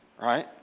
right